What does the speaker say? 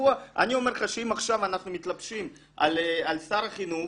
אני אומר לך שאם עכשיו אנחנו מתלבשים על שר החינוך,